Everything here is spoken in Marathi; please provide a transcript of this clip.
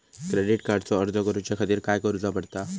क्रेडिट कार्डचो अर्ज करुच्या खातीर काय करूचा पडता?